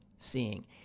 seeing